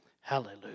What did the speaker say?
Hallelujah